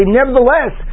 nevertheless